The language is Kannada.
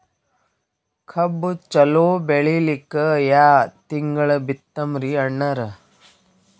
ಕಬ್ಬು ಚಲೋ ಬೆಳಿಲಿಕ್ಕಿ ಯಾ ತಿಂಗಳ ಬಿತ್ತಮ್ರೀ ಅಣ್ಣಾರ?